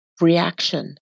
reaction